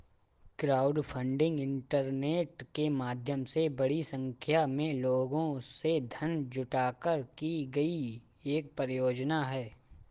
crowdfunding internet के माध्यम से बड़ी संख्या में लोगों से धन जुटाकर की गई एक परियोजना है